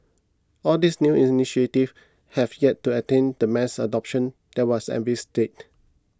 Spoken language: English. all these new initiatives have yet to attain the mass adoption that was envisaged